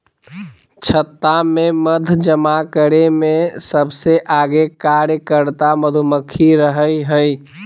छत्ता में मध जमा करे में सबसे आगे कार्यकर्ता मधुमक्खी रहई हई